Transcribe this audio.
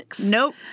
Nope